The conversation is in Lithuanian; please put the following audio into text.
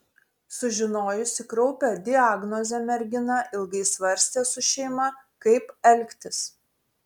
sužinojusi kraupią diagnozę mergina ilgai svarstė su šeima kaip elgtis